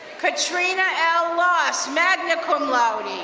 katrina loss, magna cum laude.